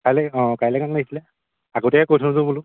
কাইলৈ অঁ কাইলৈ কাৰণে লাগিছিলে আগতীয়াকৈ কৈ থৈছোঁ বোলো